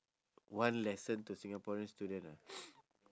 one lesson to singaporean student ah